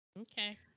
Okay